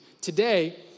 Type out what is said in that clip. Today